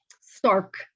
stark